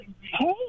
Hey